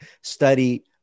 study